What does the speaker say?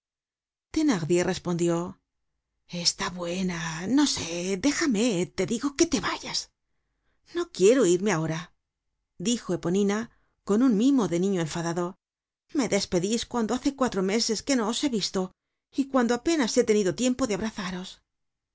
respondió está buena no sé déjame te digo que te vayas no quiero irme ahora dijo eponina con un mimo de niño enfadado me despedís cuando hace cuatro meses que no os he visto y cuando apenas he tenido tiempo de